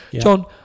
John